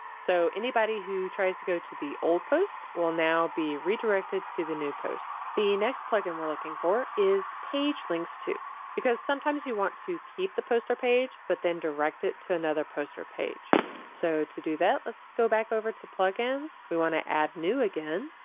so anybody who tries to go to the old post will now be redirected to the new post. the next plugin we're looking for is page links too because sometimes you want to keep the post or page but then direct it to another poster page so to do that let's go back over to plugins, we want to add new again,